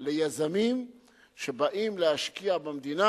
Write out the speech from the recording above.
ליזמים שבאים להשקיע במדינה.